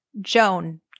Joan